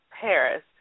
Paris